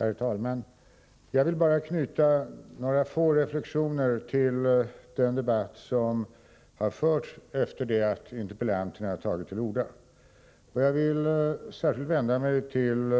Herr talman! Jag vill bara knyta några få reflexioner till den debatt som har förts efter det att interpellanterna har tagit till orda, och jag vill särskilt vända mig till